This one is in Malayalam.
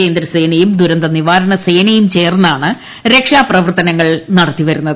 കേന്ദ്ര സേനയും ദുരന്ത നിവാരണ സേനയും ചേർന്നാണ് രക്ഷാപ്രവർത്തനങ്ങൾ നടത്തിവരുന്നത്